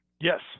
Yes